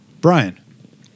Brian